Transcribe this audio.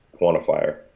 quantifier